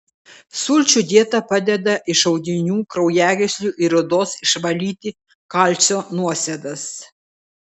sulčių dieta padeda iš audinių kraujagyslių ir odos išvalyti kalcio nuosėdas